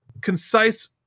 concise